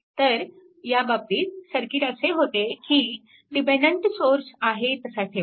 तर ह्या बाबतीत सर्किट असे होते की डिपेन्डन्ट सोर्स आहे तसा ठेवला